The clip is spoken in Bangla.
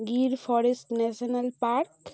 Gir forest national park